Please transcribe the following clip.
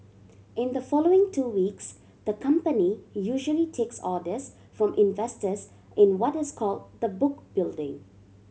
in the following two weeks the company usually takes orders from investors in what is called the book building